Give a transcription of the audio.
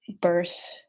birth